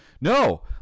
No